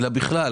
אלא בכלל,